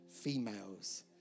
females